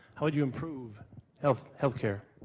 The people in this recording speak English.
how would you improve health healthcare?